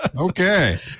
Okay